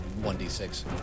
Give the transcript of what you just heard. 1d6